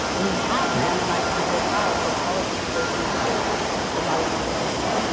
we have randomized control trials that tell us that protein is good for body composition,